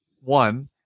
one-